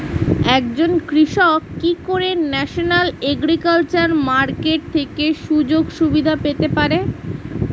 একজন কৃষক কি করে ন্যাশনাল এগ্রিকালচার মার্কেট থেকে সুযোগ সুবিধা পেতে পারে?